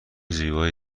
زیبایی